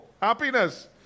happiness